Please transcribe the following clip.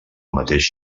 mateix